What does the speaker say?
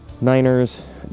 Niners